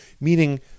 Meaning